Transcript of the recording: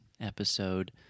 episode